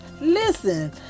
Listen